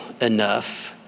enough